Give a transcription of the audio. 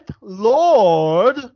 Lord